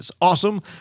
Awesome